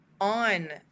on